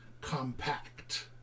compact